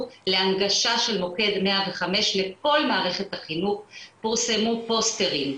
להנגשה של מוקד 105 בכל מערכת החינוך פורסמו פוסטרים,